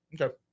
Okay